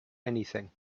anything